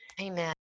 Amen